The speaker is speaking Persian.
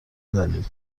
دلیل